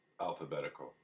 alphabetical